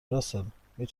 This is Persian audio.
راسل، می